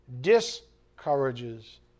discourages